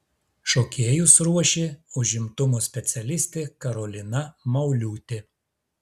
šokėjus ruošė užimtumo specialistė karolina mauliūtė